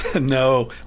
No